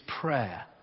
prayer